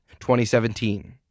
2017